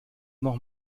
noch